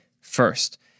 first